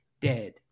dead